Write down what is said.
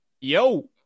Yo